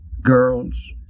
girls